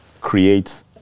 create